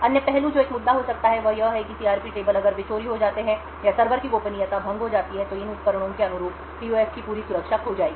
अन्य पहलू जो एक मुद्दा हो सकता है वह यह है कि सीआरपी टेबल अगर वे चोरी हो जाते हैं या सर्वर की गोपनीयता भंग हो जाती है तो इन उपकरणों के अनुरूप पीयूएफ की पूरी सुरक्षा खो जाएगी